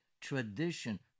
tradition